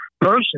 person